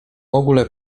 ogóle